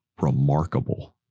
remarkable